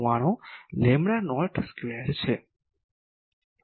199 lambda naught square છે